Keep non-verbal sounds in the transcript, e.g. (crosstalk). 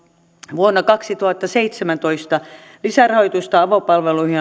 vuonna kaksituhattaseitsemäntoista lisärahoitusta avopalveluihin (unintelligible)